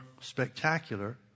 spectacular